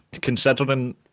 considering